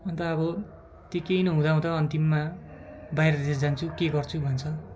अन्त अब त्यो केही नहुँदा हुँदा अन्तिममा बाहिरतिर जान्छौँ केही गर्छौँ भन्छन्